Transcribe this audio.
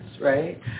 right